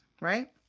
Right